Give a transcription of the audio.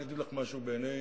אני אגיד לךְ משהו: בעיני,